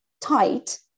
tight